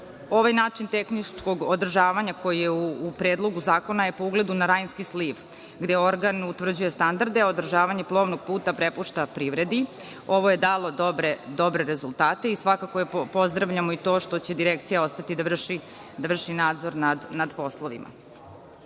Ovaj način tehničkog održavanja koji je u Predlogu zakona je po ugledu na Rajnski sliv, gde organ utvrđuje standarde, a održavanje plovnog puta prepušta privredi. Ovo je dalo dobre rezultate i svakako pozdravljamo i to što će direkcija ostati da vrši nadzor nad ovim poslovima.